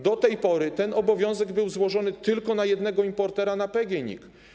Do tej pory ten obowiązek był nałożony tylko na jednego importera - na PGNiG.